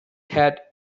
had